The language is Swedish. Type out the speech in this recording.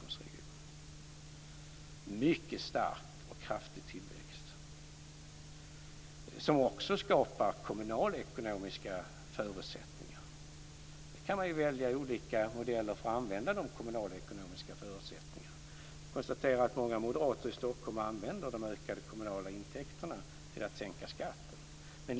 Det är en mycket stark och kraftig tillväxt som också skapar kommunalekonomiska förutsättningar. Nu kan man välja olika modeller för att använda de kommunalekonomiska förutsättningarna. Jag konstaterar att många moderater i Stockholm använder de ökade kommunala intäkterna till att sänka skatten.